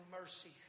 mercy